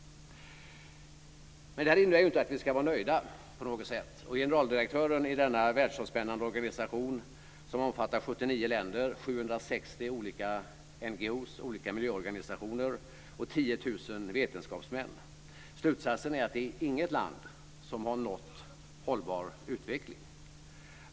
Detta hindrar inte att vi ska vara nöjda. Generaldirektören i denna världsomspännande organisation som omfattar 79 länder, 760 olika miljöorganisationer och 10 000 vetenskapsmän, säger att slutsatsen är att det inte är något land som har nått hållbar utveckling.